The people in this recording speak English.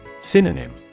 Synonym